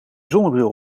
zonnebril